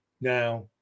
Now